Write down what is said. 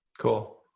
Cool